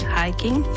hiking